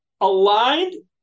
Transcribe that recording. aligned